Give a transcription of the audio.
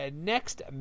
next